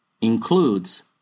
includes